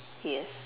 yes